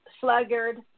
sluggard